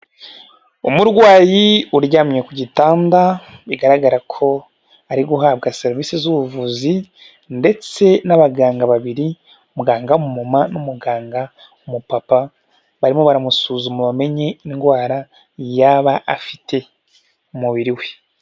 Umurwayi uryamye ku gitanda bigaragara ko ari guhabwa serivisi z'ubuvuzi, ndetse n'abaganga babiri, muganga w'umu mama n'umuganga w'umu papa, barimo baramusuzuma bamenye indwara yaba afite mu mubiri we.